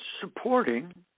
supporting